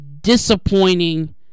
disappointing